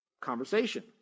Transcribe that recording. conversation